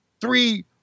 three